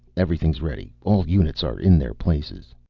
everything's ready. all units are in their places.